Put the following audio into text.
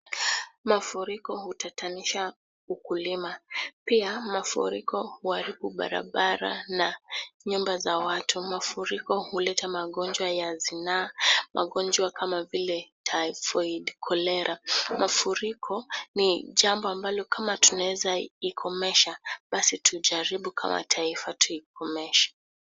Mafuriko hutatanisha ukulima, pia mafuriko huaribu barabara na nyumba za watu. Mafuriko huleta magonjwa ya zinaa. Magonjwa kama vile cs]typhoid , cholera . Mafuriko ni jambo ambalo kama tunaweza ikomesha basi tujaribu kama taifa tuikomeshe.